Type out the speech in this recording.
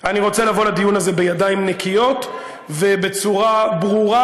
אני רוצה לבוא לדיון הזה בידיים נקיות ובצורה ברורה,